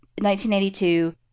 1982